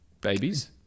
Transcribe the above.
Babies